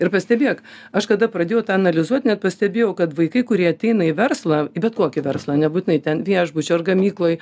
ir pastebėk aš kada pradėjau tą analizuot net pastebėjau kad vaikai kurie ateina į verslą į bet kokį verslą nebūtinai ten viešbučio ar gamykloj